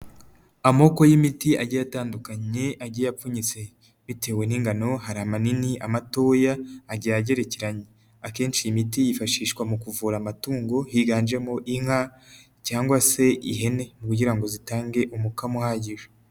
Amoko y'imiti agiye atandukanye, agiye apfunyitse bitewe n'ingano, hari amanini, amatoya agiye agerekeranye, akenshi iyi imiti yifashishwa mu kuvura amatungo, higanjemo inka cyangwa se ihene kugira ngo zitange umukamo uhagije.